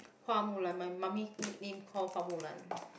Hua-Mulan my mummy's nickname call Hua-Mulan